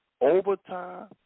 overtime